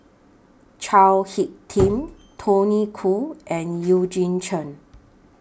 Chao Hick Tin Tony Khoo and Eugene Chen